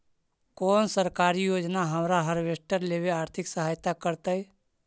कोन सरकारी योजना हमरा हार्वेस्टर लेवे आर्थिक सहायता करतै?